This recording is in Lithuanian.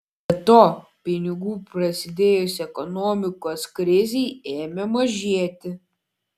be to pinigų prasidėjus ekonomikos krizei ėmė mažėti